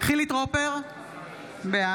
חילי טרופר - בעד